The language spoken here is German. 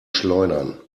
schleudern